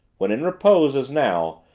when in repose, as now,